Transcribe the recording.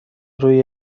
روی